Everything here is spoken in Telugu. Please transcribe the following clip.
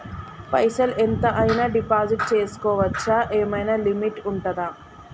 పైసల్ ఎంత అయినా డిపాజిట్ చేస్కోవచ్చా? ఏమైనా లిమిట్ ఉంటదా?